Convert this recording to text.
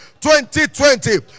2020